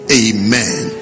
amen